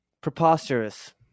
Preposterous